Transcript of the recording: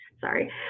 Sorry